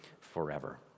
forever